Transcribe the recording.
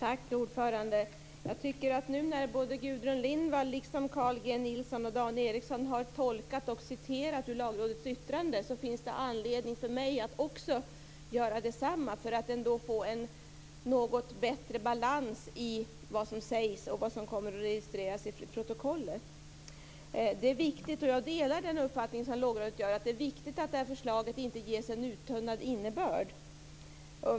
Fru talman! Jag tycker att nu när Gudrun Lindvall, liksom Carl G Nilsson och Dan Ericsson, har tolkat och citerat ur Lagrådets yttrande finns det anledning för mig att göra detsamma för att få en något bättre balans i vad som sägs och vad som kommer att registreras i protokollet. Jag delar den uppfattning som Lagrådet har att det är viktigt att det här förslaget inte ges en uttunnad innebörd.